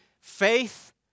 faith